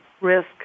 risk